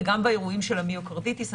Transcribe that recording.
וגם באירועים של המיוקרדיטיס,